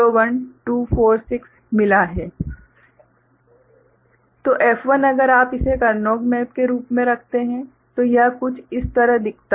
F1 ∑ m2457 F2 ∑ m01246 तो F1 अगर आप इसे करनौघ मेप के रूप में रखते हैं तो यह कुछ इस तरह दिखता है